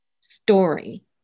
story